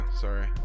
sorry